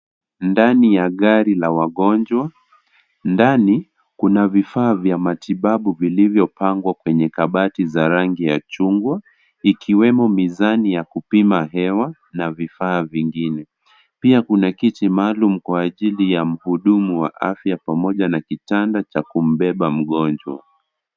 Ndani ya gari la wagonjwa, ndani kuna vifaa vya matibabu vilivyo pangwa kwenye kabati za rangi ya chungwa ikiwemo mizani ya kupima hewa na vifaa vingine, pia kuna kiti maalum kwa ajili ya mhudumu wa afya pamoja na kitanda cha kumbeba mgonjwa.